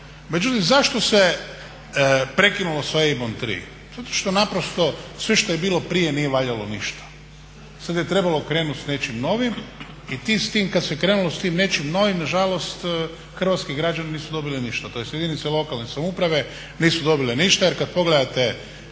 Međutim zašto se prekinulo sa EIB-om 3? Zato što naprosto sve što je bilo prije nije valjalo ništa. Sada je trebalo krenuti sa nečim novim. I ti s tim, kada se krenulo s tim nečim novim, nažalost hrvatski građani nisu dobili ništa. Tj. jedinice lokalne samouprave nisu dobile ništa jer kada pogledate